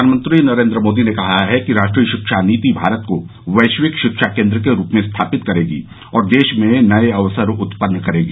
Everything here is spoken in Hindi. प्रधानमंत्री नरेन्द्र मोदी ने कहा है कि राष्ट्रीय शिक्षा नीति भारत को वैश्विक शिक्षा केन्द्र के रूप में स्थापित करेगी और देश में नये अवसर उत्पन्न करेगी